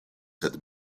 said